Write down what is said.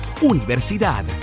universidad